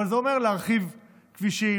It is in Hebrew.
אבל זה אומר להרחיב כבישים,